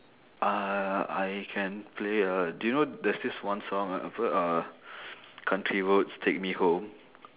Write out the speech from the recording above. uh I can play uh do you know there's this one song ah apa uh country roads take me home